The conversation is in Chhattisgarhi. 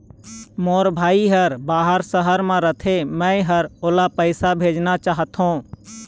मोर भाई हर बाहर शहर में रथे, मै ह ओला पैसा भेजना चाहथों